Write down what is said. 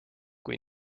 kui